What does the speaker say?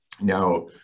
Now